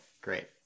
Great